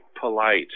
polite